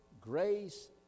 grace